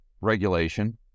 regulation